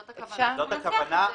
זו הכוונה.